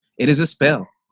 it is a spell.